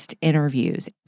interviews